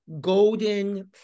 golden